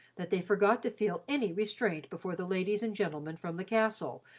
that they forgot to feel any restraint before the ladies and gentlemen from the castle,